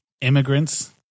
immigrants